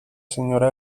señora